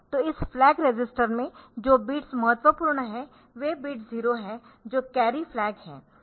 तो इस flag register में जो बिट्स महत्वपूर्ण है वे बिट 0 है जो कैरी फ्लैग है